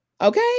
Okay